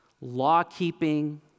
law-keeping